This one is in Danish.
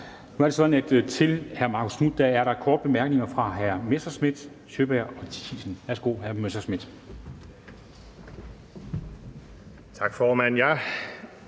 Nu er det sådan, at der til hr. Marcus Knuth er korte bemærkninger fra hr. Messerschmidt, hr. Sjøberg og fru Thiesen. Værsgo, hr. Messerschmidt. Kl.